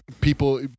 People